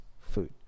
food